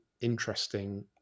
interesting